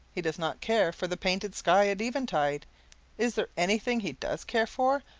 he does not care for the painted sky at eventide is there anything he does care for,